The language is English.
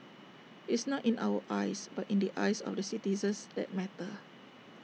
it's not in our eyes but in the eyes of the citizens that matter